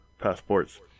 passports